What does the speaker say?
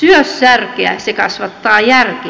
syö särkeä se kasvattaa järkeä